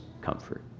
comfort